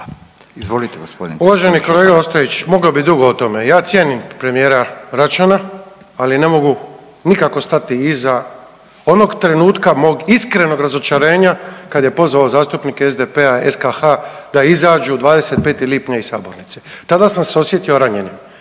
Uvaženi kolega Ostojić mogao bih dugo o tome. Ja cijenim premijera Račana, ali ne mogu nikako stati iza onog trenutka mog iskrenog razočarenja kada je pozvao zastupnike SDP-a SKH-a da izađu 25. lipnja iz sabornice. Tada sam se osjetio ranjenim,